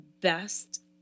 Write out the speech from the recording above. best